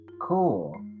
cool